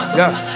yes